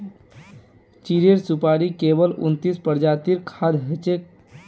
चीड़ेर सुपाड़ी केवल उन्नतीस प्रजातिर खाद्य हछेक